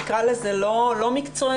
נקרא לזה לא מקצועיים,